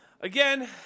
again